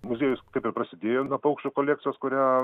muziejus kaip ir prasidėjo nuo paukščių kolekcijos kurią